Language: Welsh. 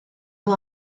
nhw